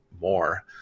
more